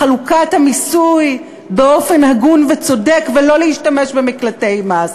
לחלוקת המיסוי באופן הגון וצודק ולא להשתמש במקלטי מס.